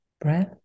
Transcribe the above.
breath